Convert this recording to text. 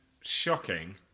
shocking